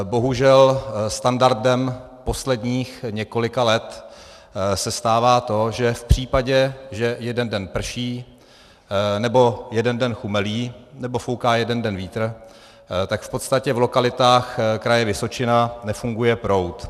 Bohužel standardem posledních několika let se stává to, že v případě, že jeden den prší nebo jeden den chumelí nebo fouká jeden den vítr, tak v podstatě v lokalitách Kraje Vysočina nefunguje proud.